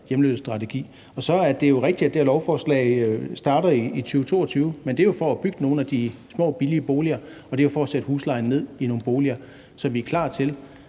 hjemløsestrategi. Og så er det rigtigt, at det her lovforslag starter i 2022, men det er jo for at bygge nogle af de små billige boliger, og det er for at sætte huslejen ned i nogle boliger, så vi er klar til,